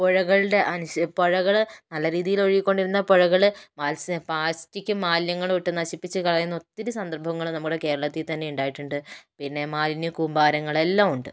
പുഴകളുടെ അനുഷ് പുഴകൾ നല്ല രീതിയിലൊഴുകിക്കൊണ്ടിരുന്ന പുഴകൾ പാൽസി പ്ലാസ്റ്റിക്കും മാലിന്യങ്ങളും ഇട്ട് നശിപ്പിച്ചു കളയുന്ന ഒത്തിരി സന്ദർഭങ്ങൾ നമ്മൾ കേരളത്തിൽ തന്നെ ഉണ്ടായിട്ടുണ്ട് പിന്നെ മാലിന്യ കൂമ്പാരങ്ങൾ എല്ലാം ഉണ്ട്